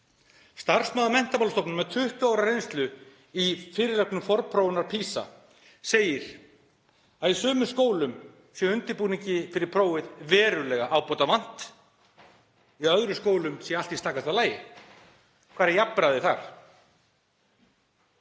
Starfsmaður Menntamálastofnunar með 20 ára reynslu í fyrirlögnum forprófana PISA segir að í sumum skólum sé undirbúningi fyrir prófið verulega ábótavant en í öðrum skólum sé allt í stakasta lagi. Hvar er jafnræðið þar?